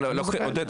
אבל עודד,